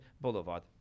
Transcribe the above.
Boulevard